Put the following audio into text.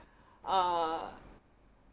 uh